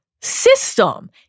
system